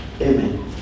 Amen